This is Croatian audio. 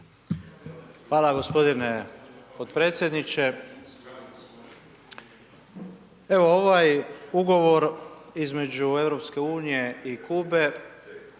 Hvala gospodine potpredsjedniče. Evo ovaj ugovor između EU i Kube